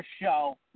show